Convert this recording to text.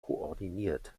koordiniert